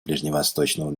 ближневосточного